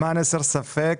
למען הסר ספק,